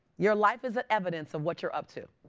your life is the evidence of what you're up to.